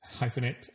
hyphenate